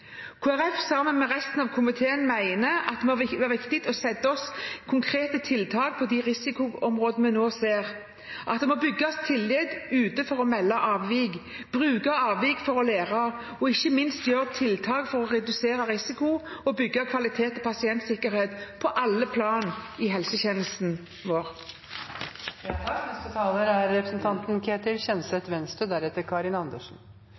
sammen med resten av komiteen, mener at det er viktig med konkrete tiltak på de risikoområdene vi nå ser. Man må bygge tillit ute for å melde avvik, bruke avvik for å lære og ikke minst gjøre tiltak for å redusere risiko og bygge kvalitet og pasientsikkerhet på alle plan i helsetjenesten vår. Disse årlige meldingene viser oss at det er